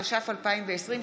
התש"ף 2020,